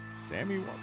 Sammy